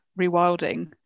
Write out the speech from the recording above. rewilding